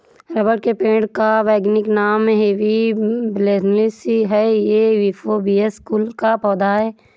rubber के पेड़ का वैज्ञानिक नाम हेविया ब्रासिलिनेसिस है ये युफोर्बिएसी कुल का पौधा है